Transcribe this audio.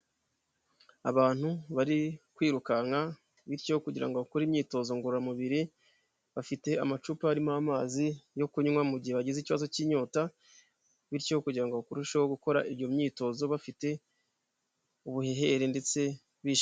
Abantu bari kwirukanka bityo kugira ngo bakore imyitozo ngororamubiri, bafite amacupa arimo amazi yo kunywa mu gihe bagize ikibazo cy'inyota bityo kugira ngo barusheho gukora iyo myitozo bafite ubuhehere ndetse bishimye.